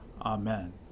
Amen